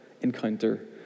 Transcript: encounter